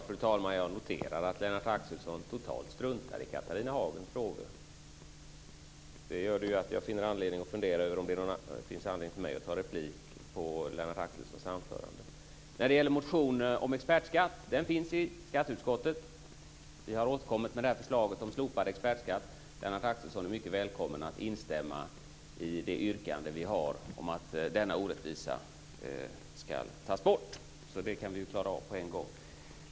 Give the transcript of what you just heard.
Fru talman! Jag noterar att Lennart Axelsson totalt struntar i Catharina Hagens frågor. Det gör att jag får anledning att fundera över om det finns anledning för mig att ta replik på Lennart Axelssons anförande. En motion om expertskatt finns i skatteutskottet. Vi har återkommit med det här förslaget om slopad expertskatt. Lennart Axelsson är mycket välkommen att instämma i det yrkande vi har om att denna orättvisa ska tas bort. Det kan vi alltså klara av på en gång.